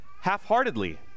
half-heartedly